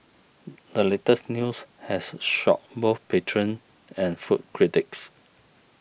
the latest news has shocked both patrons and food critics